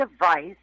device